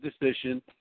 decision